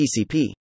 TCP